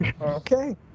okay